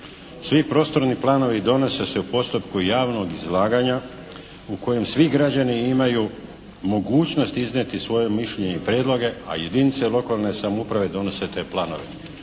Svi prostorni planovi donose se u postupku javnog izlaganja u kojem svi građani imaju mogućnost iznijeti svoje mišljenje i prijedloge, a jedinice lokalne samouprave donose te planove.